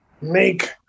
make